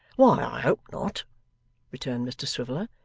why, i hope not returned mr swiveller,